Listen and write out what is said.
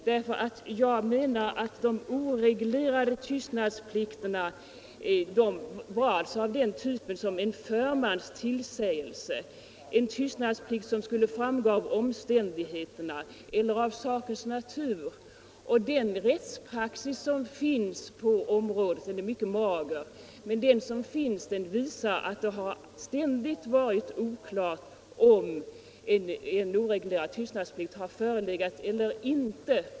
Jag menar nämligen att de oreglerade tystnadsplikterna var av typen en förmans tillsägelse, en tystnadsplikt som skulle framgå av omständigheterna eller av sakens natur. Den rättspraxis som föreligger på det området är mycket mager, men den som finns visar att det ständigt har varit oklart om en oreglerad tystnadsplikt har förelegat eller inte.